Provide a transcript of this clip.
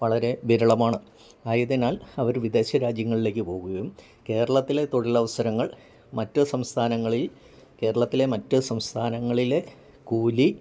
വളരെ വിരളമാണ് ആയതിനാൽ അവർ വിദേശ രാജ്യങ്ങളിലേക്കു പോവുകയും കേരളത്തിലെ തൊഴിലവസരങ്ങൾ മറ്റു സംസ്ഥാനങ്ങളിൽ കേരളത്തിലെ മറ്റു സംസ്ഥാനങ്ങളിലെ കൂലി